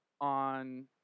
on